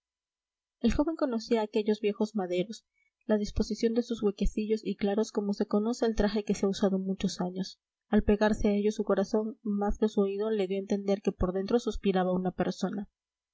el joven conocía aquellos viejos maderos la disposición de sus huequecillos y claros como se conoce el traje que se ha usado muchos años al pegarse a ellos su corazón más que su oído le dio a entender que por dentro suspiraba una persona